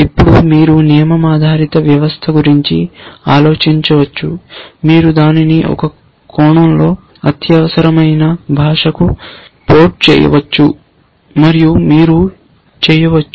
ఇప్పుడు మీరు నియమం ఆధారిత వ్యవస్థ గురించి ఆలోచించవచ్చు మీరు దానిని ఒక కోణంలో అత్యవసరమైన భాషకు పోర్ట్ చేయవచ్చు మరియు మీరు చేయవచ్చు